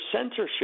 censorship